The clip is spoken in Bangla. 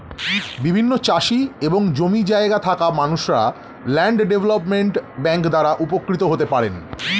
বিভিন্ন চাষি এবং জমি জায়গা থাকা মানুষরা ল্যান্ড ডেভেলপমেন্ট ব্যাংক দ্বারা উপকৃত হতে পারেন